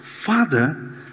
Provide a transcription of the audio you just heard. Father